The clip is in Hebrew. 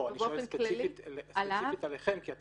אני שואל ספציפית עליכם, כי את